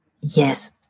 Yes